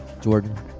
Jordan